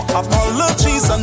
apologies